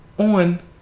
on